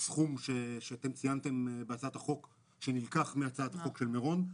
הסכום שאתם ציינתם בהצעת החוק שנלקח מהצעת החוק של מירון.